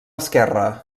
esquerra